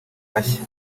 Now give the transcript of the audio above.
bashya